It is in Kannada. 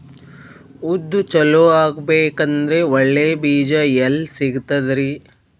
ಉದ್ದು ಚಲೋ ಆಗಬೇಕಂದ್ರೆ ಒಳ್ಳೆ ಬೀಜ ಎಲ್ ಸಿಗತದರೀ?